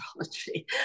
astrology